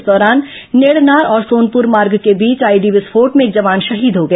इस दौरान नेडनार और सोनपुर मार्ग े के बीच आईईडी विस्फोट में एक जवान शहीद हो गया